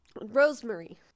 rosemary